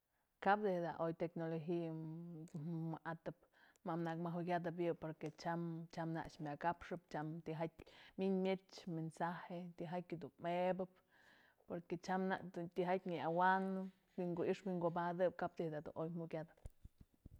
Kap dijyë ada oy tecnologia wa'atëp mëm nëk mëjukyatëp yë porque tyam nak myakapxëp tyam tyjayë min myëch mensaje tyjatë mebëp porque tyam nak tijatyë në'awanëp wi'inku i'ixë wi'inkubatëp kap dij da du oy mjukyatëp.